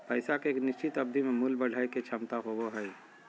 पैसा के एक निश्चित अवधि में मूल्य बढ़य के क्षमता होबो हइ